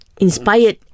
Inspired